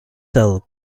cell